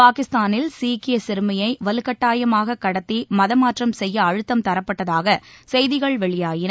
பாகிஸ்தானில் சீக்கிய சிறுமியை வலுக்கட்டாயமாக கடத்தி மத மாற்றம் செய்ய அழுத்தம் தரப்பட்டதாக செய்திகள் வெளியாயின